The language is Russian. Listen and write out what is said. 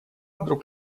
вдруг